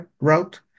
route